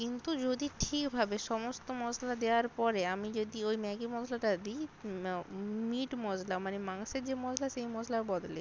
কিন্তু যদি ঠিকভাবে সমস্ত মশলা দেওয়ার পরে আমি যদি ওই ম্যাগি মশলাটা দিই মিট মশলা মানে মাংসের যে মশলা সেই মশলার বদলে